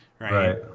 Right